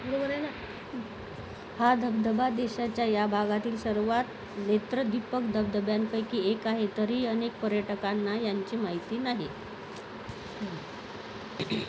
बरोबर आहे न हा धबधबा देशाच्या या भागातील सर्वांत नेत्रदीपक धबधब्यांपैकी एक आहे तरी अनेक पर्यटकांना यांची माहिती नाही